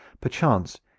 perchance